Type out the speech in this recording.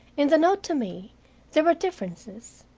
in the note to me there were differences,